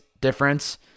difference